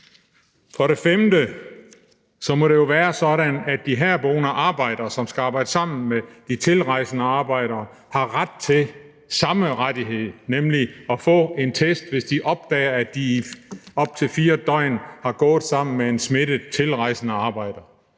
må det jo også være sådan, at de herboende arbejdere, som skal arbejde sammen med de tilrejsende arbejdere, har ret til samme rettighed, nemlig at få en test, hvis de opdager, at de i op til 4 døgn har gået sammen med en smittet tilrejsende arbejder.